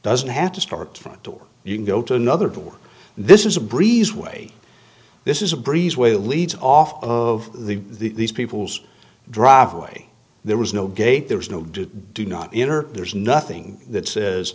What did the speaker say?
doesn't have to start front or you can go to another door this is a breezeway this is a breeze way leads off of the these people's driveway there was no gate there was no do not enter there's nothing that says